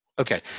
Okay